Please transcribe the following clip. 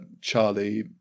Charlie